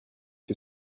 que